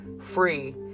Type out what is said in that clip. free